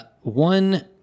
one